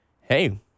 hey